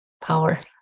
power